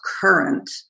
current